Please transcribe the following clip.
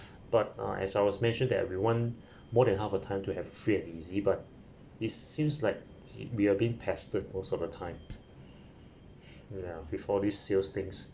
but uh as I was mentioned that we want more than half a time to have free and easy but it seems like we are being pestered most of time ya with all this sales things